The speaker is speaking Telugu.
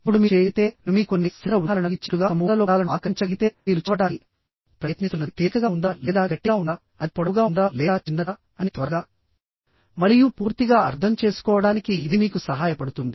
ఇప్పుడు మీరు చేయగలిగితే నేను మీకు కొన్ని సచిత్ర ఉదాహరణలు ఇచ్చినట్లుగా సమూహాలలో పదాలను ఆకర్షించగలిగితేమీరు చదవడానికి ప్రయత్నిస్తున్నది తేలికగా ఉందా లేదా గట్టిగా ఉందా అది పొడవుగా ఉందా లేదా చిన్నదా అని త్వరగా మరియు పూర్తిగా అర్థం చేసుకోవడానికి ఇది మీకు సహాయపడుతుంది